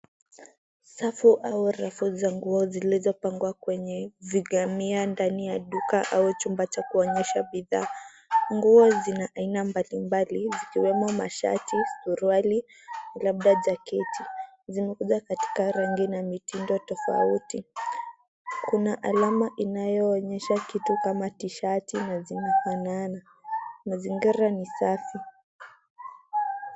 Safu au rafu za nguo zilizopangwa kwenye vigania ndani ya duka la kuonyesha bidhaa. Nguo ni za aina mbalimbali zikiwemo mashati suruali labda jaketi zimekuja katika rangi na mitindo tofauti. Kuna alama inayoonyesha kituo kama tishati na kwa nane. Mazingira ni safi